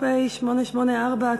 אנחנו ממשיכים להצעת חוק פ/884,